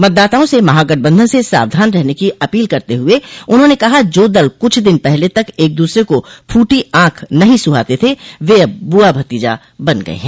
मतदाताओं से महागठबन्धन से सावधान रहने की अपील करते हुए उन्होंने कहा कि जो दल कुछ दिन पहले तक एक दूसरे को फूटी आँख नहीं सुहाते थे वे अब बुआ भतीजा बन गये हैं